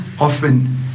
often